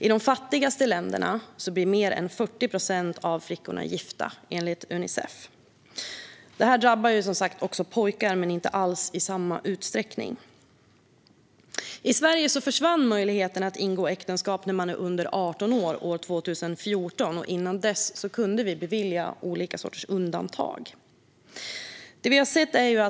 I de fattigaste länderna blir mer än 40 procent av flickorna bortgifta, enligt Unicef. Det drabbar också pojkar men inte alls i samma utsträckning. I Sverige försvann möjligheten att ingå äktenskap före 18 års ålder år 2014. Dessförinnan kunde olika undantag beviljas.